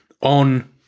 on